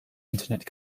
internet